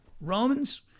Romans